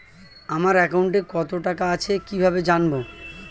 আমার একাউন্টে টাকা কত আছে কি ভাবে জানবো?